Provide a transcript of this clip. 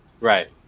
Right